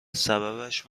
سببش